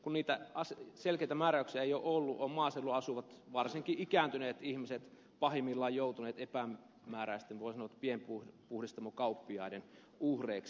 kun niitä selkeitä määräyksiä ei ole ollut ovat maaseudulla asuvat varsinkin ikääntyneet ihmiset pahimmillaan joutuneet voisi sanoa epämääräisten pienpuhdistamokauppiaiden uhreiksi